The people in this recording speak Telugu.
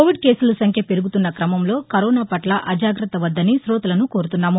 కోవిడ్ కేసులసంఖ్య పెరుగుతున్న క్రమంలో కరోనాపట్ల అజాగ్రత్త వద్దని కోతలను కోరుచున్నాము